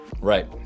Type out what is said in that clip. Right